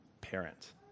parent